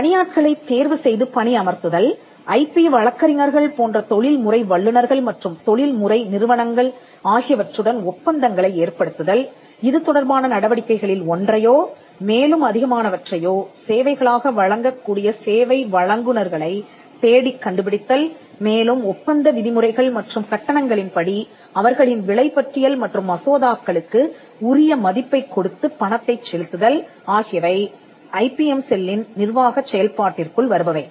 பணியாட்களைத் தேர்வு செய்து பணி அமர்த்துதல் ஐபி வழக்கறிஞர்கள் போன்ற தொழில்முறை வல்லுநர்கள் மற்றும் தொழில்முறை நிறுவனங்கள் ஆகியவற்றுடன் ஒப்பந்தங்களை ஏற்படுத்துதல் இது தொடர்பான நடவடிக்கைகளில் ஒன்றையோ மேலும் அதிகமானவற்றையோ சேவைகளாக வழங்கக்கூடிய சேவை வழங்குனர்களைத் தேடிக் கண்டுபிடித்தல் மேலும் ஒப்பந்த விதிமுறைகள் மற்றும் கட்டணங்களின் படி அவர்களின் விலைப்பட்டியல் மற்றும் மசோதாக் களுக்கு உரிய மதிப்பைக் கொடுத்துப் பணத்தைச் செலுத்துதல் ஆகியவை ஐபிஎம் செல்லின் நிர்வாகச் செயல்பாட்டிற்குள் வருபவை